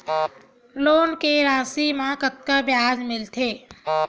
Loan के राशि मा कतका ब्याज मिलथे?